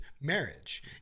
marriage